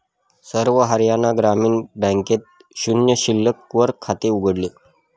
सर्व हरियाणा ग्रामीण बँकेत शून्य शिल्लक वर खाते उघडले